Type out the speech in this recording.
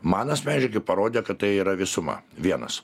man asmeniškai parodė kad tai yra visuma vienas